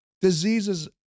Diseases